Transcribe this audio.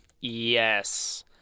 Yes